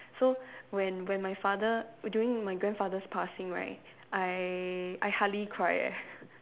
so when when my father during my grandfather's passing right I I hardly cry eh